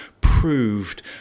proved